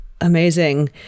Amazing